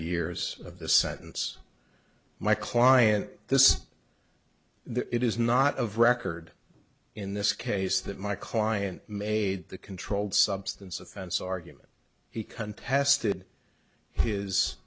years of the sentence my client this is the it is not of record in this case that my client made the controlled substance of fence argument he contested his